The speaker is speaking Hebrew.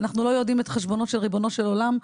אנחנו לא יודעים את חשבונו של ריבונו של עולם,